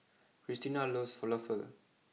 Christina loves Falafel